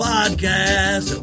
Podcast